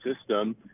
system